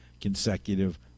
consecutive